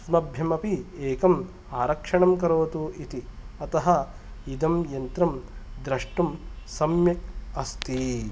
अस्मभ्यम् अपि एकम् आरक्षणं करोतु इति अतः इदम् यन्त्रं दृष्टुं सम्यक् अस्ति